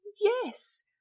yes